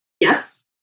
Yes